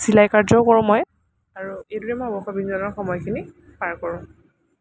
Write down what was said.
চিলাই কাৰ্যও কৰোঁ মই আৰু এইদৰে মই অৱসৰ বিনোদনৰ সময়খিনি পাৰ কৰোঁ